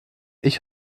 ich